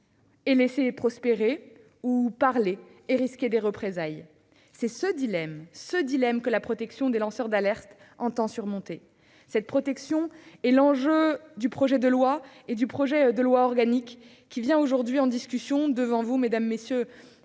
et laisser prospérer, ou parler et risquer des représailles. C'est ce dilemme que la protection des lanceurs d'alerte vise à surmonter. Cette protection est l'enjeu du projet de loi et du projet de loi organique qui sont aujourd'hui en discussion devant vous après avoir